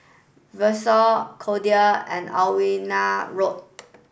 Vashon Cordella and Alwina Road